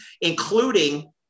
including